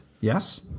Yes